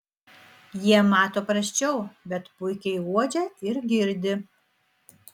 jie mato prasčiau bet puikiai uodžia ir girdi